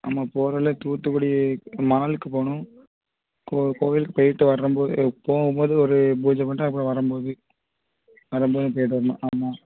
நம்ம போகையிலே தூத்துக்குடி மஹாலுக்குப் போகணும் கோ கோயிலுக்கு போய்ட்டு வரம்போது போகும்போது ஒரு பூஜை பண்ணிட்டு அப்புறம் வரும்போது வரும்போதும் போய்ட்டு வரணும் ஆமாம்